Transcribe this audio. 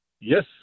Yes